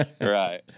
Right